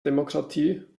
demokratie